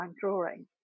drawing